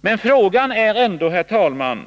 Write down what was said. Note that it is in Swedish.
Men frågan är ändå, herr talman,